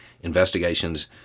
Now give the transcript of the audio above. investigations